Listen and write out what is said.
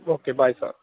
okay bye sir